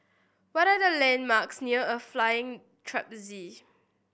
what are the landmarks near a Flying Trapeze